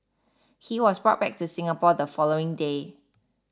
he was brought back to Singapore the following day